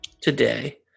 today